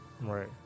Right